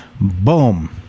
Boom